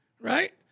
right